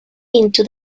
into